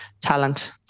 talent